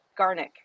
Garnick